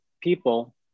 people